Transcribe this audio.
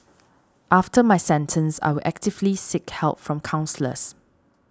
after my sentence I will actively seek help from counsellors